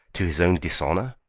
to his own dishonour?